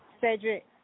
Cedric